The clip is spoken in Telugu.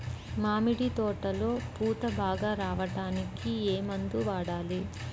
మామిడి తోటలో పూత బాగా రావడానికి ఏ మందు వాడాలి?